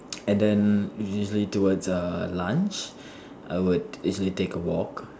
and then it's usually towards err lunch I would easily take a walk